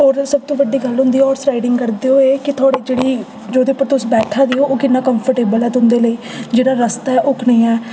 होर सब तू बड्डी गल्ल होंदी ऐ हार्स राइडिंग करदे होई कि थुआढ़ी जेह्ड़ी जेह्दे उप्पर तुस बैठा दे ओ ओह् किन्ना कम्फटेबल ऐ तुं'दे लेई जेह्ड़ा रस्ता ऐ ओह् कनेहा ऐ